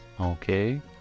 Okay